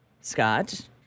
Scott